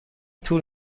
طول